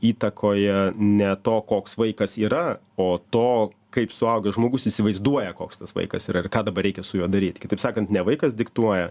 įtakoje ne to koks vaikas yra o to kaip suaugęs žmogus įsivaizduoja koks tas vaikas yra ir ką dabar reikia su juo daryti kitaip sakant ne vaikas diktuoja